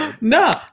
No